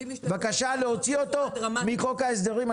בקשה להוציא מחוק ההסדרים ------ דרמטי.